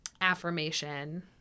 affirmation